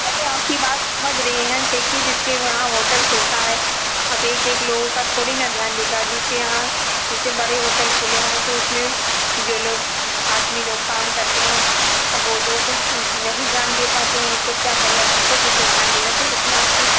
array आपकी बात समझ रहे हैं देखिए जिसके वहाँ होटल खुलता है अब एक एक लोगों का थोड़ी न ध्यान देगा जिसके यहाँ जैसे बड़े होटल खुले हैं तो उसमें जो लोग आदमी लोग काम करते हैं अब वो लोग नहीं ध्यान दे पाते हैं तो क्या करे अब हमको भी तो ध्यान देना चाहिए जिसमें आपके